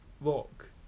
walk